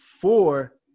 Four